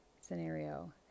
scenario